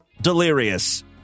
delirious